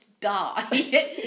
die